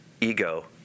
ego